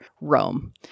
Rome